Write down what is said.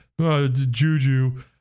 Juju